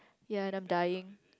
ya and I'm dying